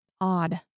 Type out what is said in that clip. Odd